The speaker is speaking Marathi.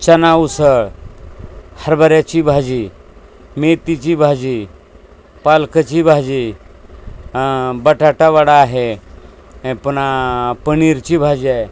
चणा उसळ हरभऱ्याची भाजी मेथीची भाजी पालकाची भाजी बटाटा वडा आहे पुन्हा पनीरची भाजी आहे